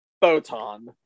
Photon